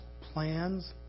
plans